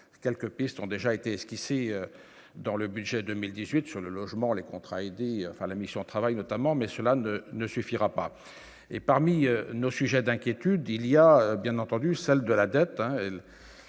quelques pistes ont déjà été esquissée dans le budget 2018 sur le logement, les contrats aidés, enfin la mission travail notamment, mais cela ne ne suffira pas et parmi nos sujets d'inquiétude, il y a bien entendu celle de la dette,